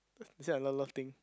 you say I love love thing